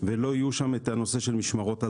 ולא יהיה שם הנושא של משמרות הזה"ב.